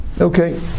Okay